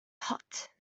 hot